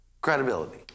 credibility